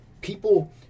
people